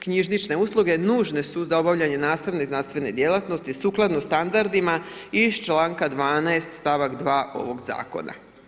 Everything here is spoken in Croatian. Knjižnične usluge nužne su za obavljanje nastavne i znanstvene djelatnosti sukladno standardima iz članka 12 stavak 2. ovog zakona.